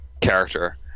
character